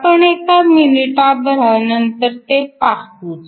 आपण एका मिनिटभरानंतर ते पाहूच